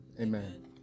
Amen